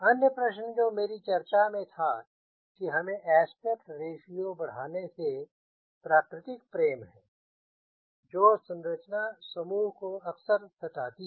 अन्य प्रश्न जो मेरी चर्चा में था कि हमें एस्पेक्ट रेश्यो बढ़ाने से प्राकृतिक प्रेम है जो संरचना समूह को अक्सर सताती है